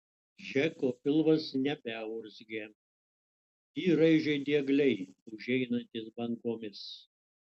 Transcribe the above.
džeko pilvas nebeurzgė jį raižė diegliai užeinantys bangomis